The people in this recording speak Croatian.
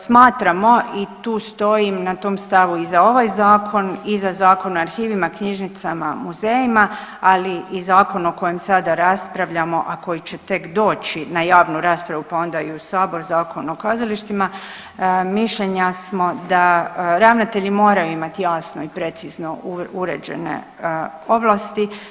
Smatramo i tu stojim na tom stavu i za ovaj Zakon i za Zakon o arhivima, knjižnicama, muzejima, ali i zakon o kojem sada raspravljamo, a koji će tek doći na javnu raspravu pa onda i u Sabor, Zakon o kazalištima, mišljenja smo da ravnatelji moraju imati jasno i precizno uređene ovlasti.